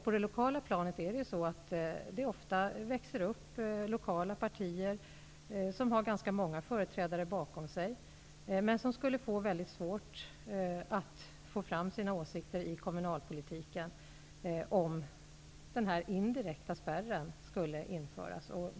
På det lokala planet växer det ju ofta upp partier som har ganska många företrädare bakom sig men som skulle ha väldigt svårt att föra fram sina åsikter i kommunalpolitiken om den här indirekta spärren infördes.